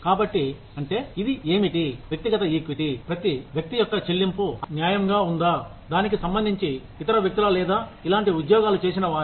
కాబట్టి అంటే ఇది ఏమిటి వ్యక్తిగత ఈక్విటీ ప్రతి వ్యక్తి యొక్క చెల్లింపు న్యాయంగా ఉందా దానికి సంబంధించి ఇతర వ్యక్తుల లేదా ఇలాంటి ఉద్యోగాలు చేసేవారి